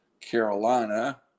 Carolina